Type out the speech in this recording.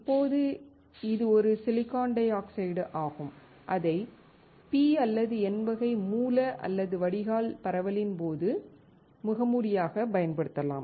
இப்போது இது ஒரு சிலிக்கான் டை ஆக்சைடு ஆகும் இதை P அல்லது N வகை மூல அல்லது வடிகால் பரவலின் போது முகமூடியாக பயன்படுத்தலாம்